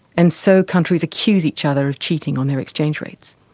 and so countries accuse each other of cheating on their exchange rates.